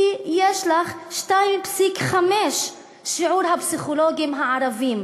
כי יש לך 2.5% שיעור של הפסיכולוגים הערבים,